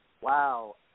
Wow